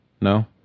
No